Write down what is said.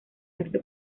arte